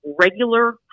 Regular